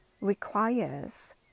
requires